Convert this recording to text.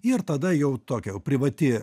ir tada jau tokia privati